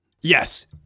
Yes